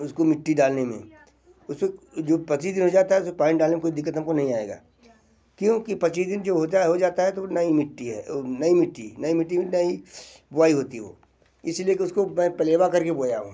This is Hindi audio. उसको मिट्टी डालने में उसमें जो पच्चीस दिन हो जाता है उसमें पानी डालने में कोई दिक्कत हम को नहीं आएगी क्योंकि पच्चीस दिन जो होता है हो जाता है तो वो नई मिट्टी है वो नई मिट्टी नई मिट्टी में नई बोआई होती वो इसी लिए कि उसको मैं पलेवा कर के बोया हूँ